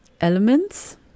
elements